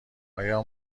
ایا